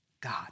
God